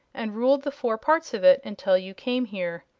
and ruled the four parts of it until you came here.